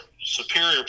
superior